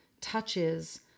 touches